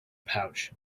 pouch